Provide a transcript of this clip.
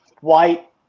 white